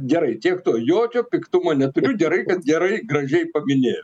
gerai tiek to jokio piktumo neturiu gerai kad gerai gražiai paminėjom